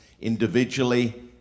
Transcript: individually